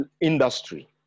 industry